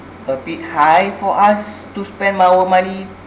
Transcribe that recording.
a bit high for us to spend our money